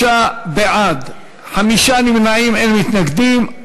43 בעד, חמישה נמנעים, אין מתנגדים.